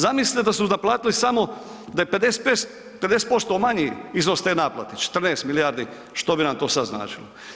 Zamislite da su naplatili samo, da je 50% manji iznos te naplate 14 milijardi što bi nam to sada značilo.